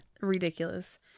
Ridiculous